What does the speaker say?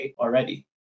already